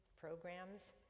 programs